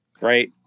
right